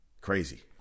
Crazy